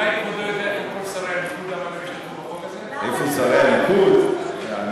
אולי כבודו יודע איפה כל שרי הליכוד, בחוק הזה?